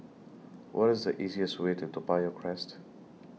What IS The easiest Way to Toa Payoh Crest